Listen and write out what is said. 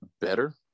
better